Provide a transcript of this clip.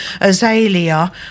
azalea